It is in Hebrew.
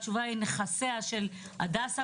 התשובה היא נכסיה של הדסה,